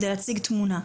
כדי להציג תמונה.